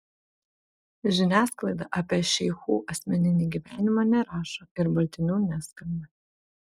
žiniasklaida apie šeichų asmeninį gyvenimą nerašo ir baltinių neskalbia